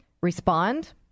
respond